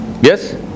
Yes